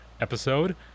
episode